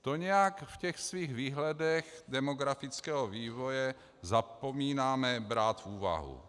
To nějak v těch svých výhledech demografického vývoje zapomínáme brát v úvahu.